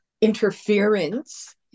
interference